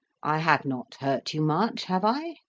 i have not hurt you much, have i?